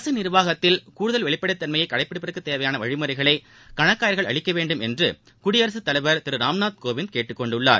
அரசு நிர்வாகத்தில் கூடுதல் வெளிப்படைத்தன்மையை கடைபிடிப்பதற்கு தேவையான வழிமுறைகளை கணக்காயர்கள் அளிக்கவேண்டும் என்று குடியரகத்தலைவர் திரு ராம்நாத்கோவிந்த் கேட்டுக்கொண்டுள்ளார்